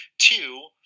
Two